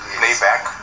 playback